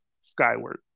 skyward